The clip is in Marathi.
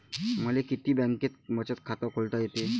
मले किती बँकेत बचत खात खोलता येते?